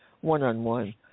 one-on-one